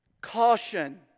Caution